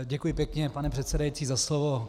Děkuji pěkně, pane předsedající, za slovo.